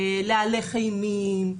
להלך אימים,